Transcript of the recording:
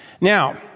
Now